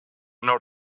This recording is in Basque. nor